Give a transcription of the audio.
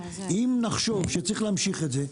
אם נחשוב שצריך להמשיך את זה,